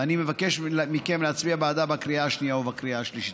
ואני מבקש מכם להצביע בעדה בקריאה השנייה ובקריאה השלישית.